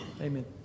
amen